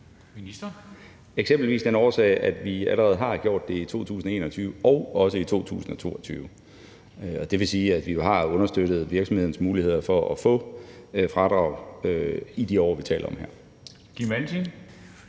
Eksempelvis er der den årsag, at vi allerede har gjort det i 2021 og også vil gøre det i 2022. Det vil sige, at vi jo har understøttet virksomhedernes muligheder for at få fradrag i de år, vi taler om her.